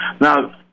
now